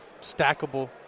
stackable